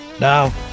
Now